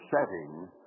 setting